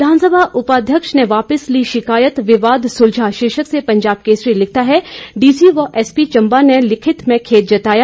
विधानसभा उपाध्यक्ष ने वापिस ली शिकायत विवाद सुलझा शीर्षक से पंजाब केसरी लिखता है डीसी व एसपी चंबा ने लिखित में खेद जताया